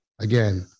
again